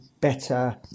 better